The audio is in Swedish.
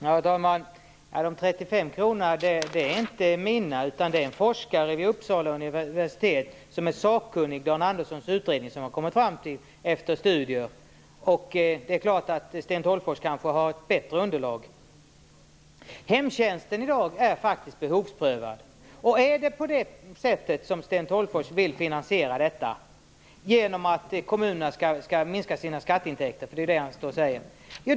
Herr talman! Uppgiften om de 35 kronorna är inte min. Det är en forskare vid Uppsala universitet som är sakkunnig och som efter studier har kommit fram till detta belopp. Sten Tolgfors kanske har ett bättre underlag. Hemtjänsten är i dag faktiskt behovsprövad. Vill Sten Tolgfors finansiera den genom att kommunerna skall minska sina skatteintäkter? Det är det han säger.